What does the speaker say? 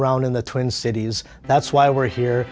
around in the twin cities that's why we're here